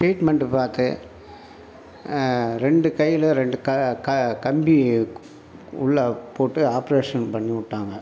treatment பார்த்து ரெண்டு கையில் ரெண்டு கம்பி உள்ள போட்டு ஆப்ரேஷன் பண்ணிவிட்டாங்க